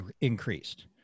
increased